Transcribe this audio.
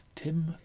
Tim